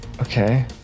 Okay